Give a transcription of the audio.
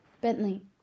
Bentley